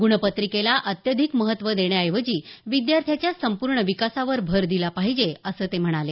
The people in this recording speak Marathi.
गुणपत्रिकेला अत्यधिक महत्त्व देण्याऐवजी विद्यार्थ्याच्या संपूर्ण विकासावर भर दिला पाहिजे असं ते म्हणाले